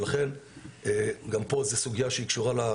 וגם זו סוגייה,